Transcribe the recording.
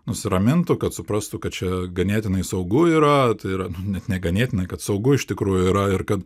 nusiramintų kad suprastų kad čia ganėtinai saugu yra tai yra nu net neganėtinai kad saugu iš tikrųjų yra ir kad